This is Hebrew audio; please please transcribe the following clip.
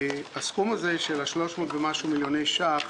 הסכום הזה של ה-300 ומשהו מיליוני שקלים,